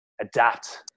adapt